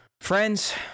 friends